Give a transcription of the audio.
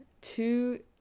two